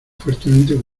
fuertemente